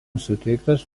suteiktas